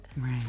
Right